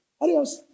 Adios